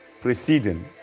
preceding